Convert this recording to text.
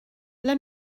ble